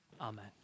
amen